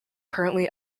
currently